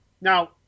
Now